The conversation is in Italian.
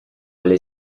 alle